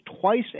twice